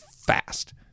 fast